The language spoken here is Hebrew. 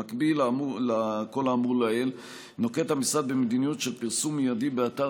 במקביל לכל האמור לעיל נוקט המשרד מדיניות של פרסום מיידי באתר